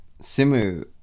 Simu